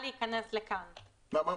שאישרנו תקנות בסוף השבוע שעבר,